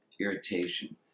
irritation